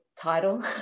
title